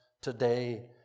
today